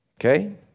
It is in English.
Okay